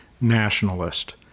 nationalist